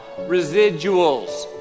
residuals